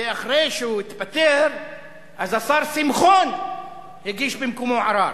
ואחרי שהוא התפטר השר שמחון הגיש במקומו ערר.